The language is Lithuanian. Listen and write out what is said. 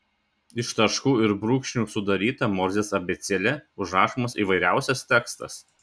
iš taškų ir brūkšnių sudaryta morzės abėcėle užrašomas įvairiausias tekstas